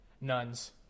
Nuns